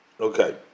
Okay